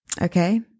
Okay